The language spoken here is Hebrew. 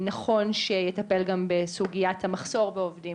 נכון שיטפל גם בסוגיית המחסור בעובדים,